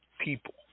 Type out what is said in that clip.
people